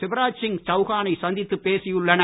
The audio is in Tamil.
சிவராஜ் சிங் சவுகானை சந்தித்து பேசியுள்ளனர்